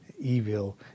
evil